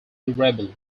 durable